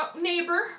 neighbor